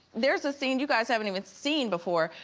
there's a scene you guys haven't even seen before,